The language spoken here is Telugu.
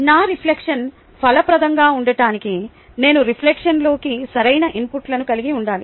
నా రిఫ్లెక్షన్ ఫలప్రదంగా ఉండటానికి నేను రిఫ్లెక్షన్లోకి సరైన ఇన్పుట్లను కలిగి ఉండాలి